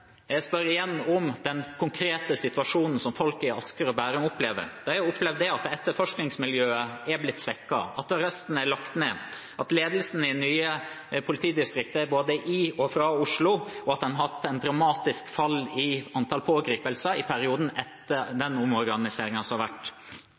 Jeg spør igjen om den konkrete situasjonen som folk i Asker og Bærum opplever. De opplever at etterforskningsmiljøet er blitt svekket, at arresten er lagt ned, at ledelsen i det nye politidistriktet er både i og fra Oslo, og at en har hatt et dramatisk fall i antall pågripelser i perioden etter